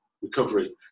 recovery